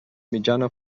mitjana